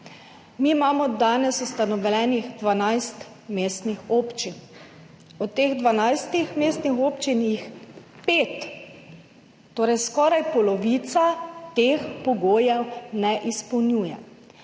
Mi imamo danes ustanovljenih 12 mestnih občin. Od teh 12 mestnih občin jih pet, torej skoraj polovica, omenjenih pogojev ne izpolnjuje.